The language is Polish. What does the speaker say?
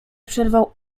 przerwał